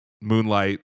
moonlight